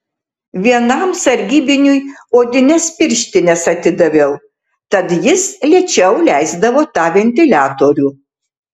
vienam sargybiniui odines pirštines atidaviau tad jis lėčiau leisdavo tą ventiliatorių